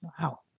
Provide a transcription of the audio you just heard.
Wow